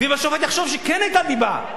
ואם השופט יחשוב שכן היתה דיבה,